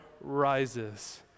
rises